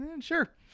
Sure